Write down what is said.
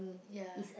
ya